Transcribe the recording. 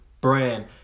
Brand